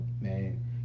Man